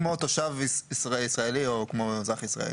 כמו תושב ישראלי או כמו אזרח ישראלי.